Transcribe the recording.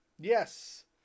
Yes